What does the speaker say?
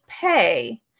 pay